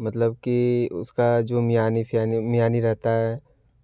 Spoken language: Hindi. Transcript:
मतलब कि उसका जो मियानी फियानी मियानी रहता है